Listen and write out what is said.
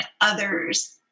others